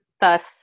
thus